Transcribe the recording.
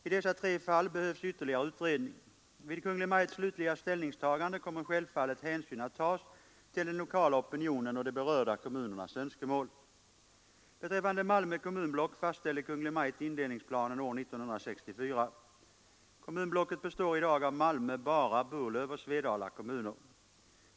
I dessa tre fall behövs ytterligare utredning. Vid Kungl. Maj:ts slutliga ställningstagande kommer självfallet hänsyn att tas till den lokala opinionen och de berörda kommunernas önskemål. Beträffande Malmö kommunblock fastställde Kungl. Maj:t indelningsplanen år 1964. Kommunblocket består i dag av Malmö, Bara, Burlöv och Svedala kommuner.